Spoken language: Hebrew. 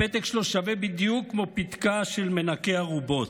הפתק שלו שווה בדיוק כמו פתקא של מנקה ארובות,